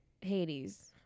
Hades